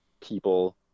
people